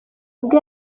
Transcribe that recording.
ubwo